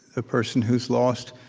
the person who's lost,